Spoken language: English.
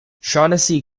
shaughnessy